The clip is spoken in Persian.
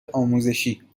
آموزشی